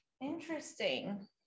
Interesting